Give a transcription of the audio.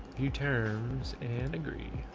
you terms and agree.